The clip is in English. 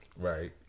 Right